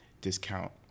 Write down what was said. discount